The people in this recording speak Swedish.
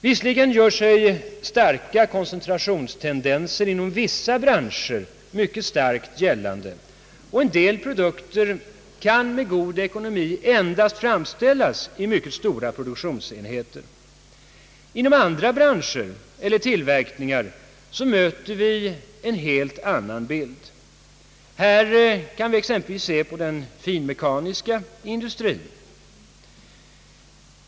Visserligen gör sig starka koncentrationstendenser inom vissa branscher mycket starkt gällande, och en del produkter kan med god ekonomi endast framställas i mycket stora produktionsenheter. Inom andra branscher eller tillverkningar möter vi en helt annan bild. Här kan vi exempelvis se på den finmekaniska industrin.